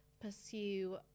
pursue